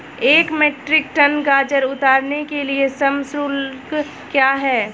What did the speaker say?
एक metric tonne गाजर उतारने के लिए श्रम शुल्क क्या है?